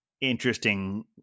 interesting